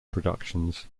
productions